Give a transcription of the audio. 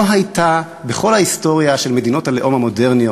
לא הייתה בכל ההיסטוריה של מדינות הלאום המודרניות,